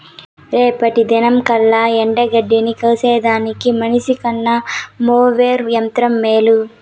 రేపటి దినంకల్లా ఎండగడ్డిని కోసేదానికి మనిసికన్న మోవెర్ యంత్రం మేలు